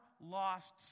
lost